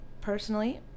personally